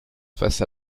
face